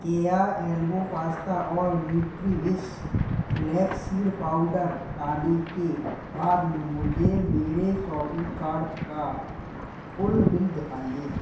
केया elbow pasta और Nutriwish flax seed powder हटाने के बाद मुझे मेरे शॉपिंग कार्ड का कुल बिल दिखाएँ